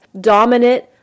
dominant